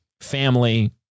family